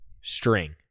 string